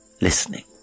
listening